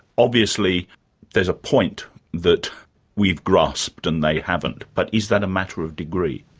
obviously there is a point that we've grasped and they haven't, but is that a matter of degree?